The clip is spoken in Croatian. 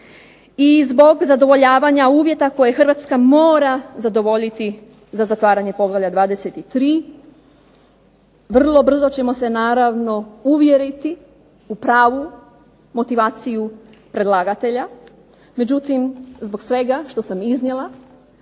i zbog zadovoljavanja uvjeta koje Hrvatska mora zadovoljiti za zatvaranje poglavlja 23., vrlo brzo ćemo se naravno uvjeriti u pravu motivaciju predlagatelja, međutim zbog svega što sam iznijela